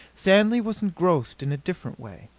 stanley was engrossed in a different way.